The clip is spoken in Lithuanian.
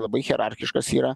labai hierarchiškas yra